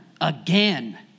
again